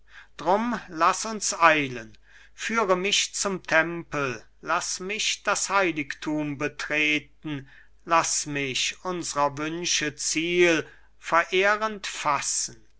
drum laß uns eilen führe mich zum tempel laß mich das heiligthum betreten laß mich unsrer wünsche ziel verehrend fassen